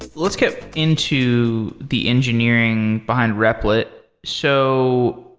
let's get into the engineering behind repl it. so,